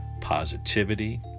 positivity